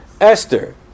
Esther